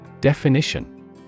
Definition